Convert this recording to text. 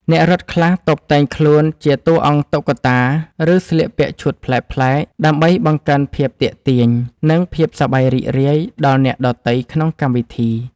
អ្នករត់ខ្លះតុបតែងខ្លួនជាតួអង្គតុក្កតា ឬស្លៀកពាក់ឈុតប្លែកៗ ដើម្បីបង្កើនភាពទាក់ទាញ និងភាពសប្បាយរីករាយដល់អ្នកដទៃក្នុងកម្មវិធី។